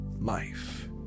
life